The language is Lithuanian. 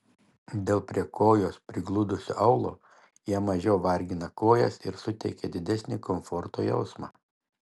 dėl prie kojos prigludusio aulo jie mažiau vargina kojas ir suteikia didesnį komforto jausmą